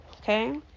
okay